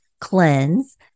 cleanse